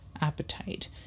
appetite